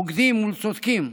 בוגדים מול צודקים.